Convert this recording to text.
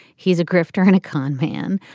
he's a grifter and a con man.